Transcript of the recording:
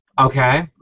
Okay